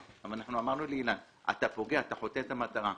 אמרנו לאילן: אתה פוגע, זה חוטא למטרה.